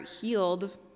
healed